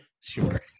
sure